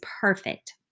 perfect